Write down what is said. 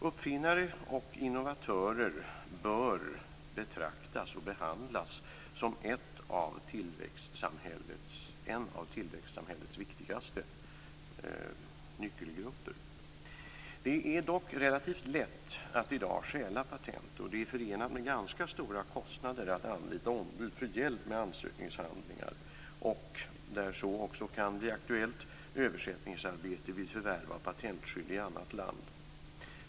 Uppfinnare och innovatörer bör betraktas och behandlas som en av tillväxtsamhällets viktigaste nyckelgrupper. Det är dock relativt lätt att i dag stjäla patent, och det är förenat med ganska stora kostnader att anlita ombud för hjälp med ansökningshandlingar och också, när så kan bli aktuellt, översättningsarbete vid förvärv av patentskydd i annat land.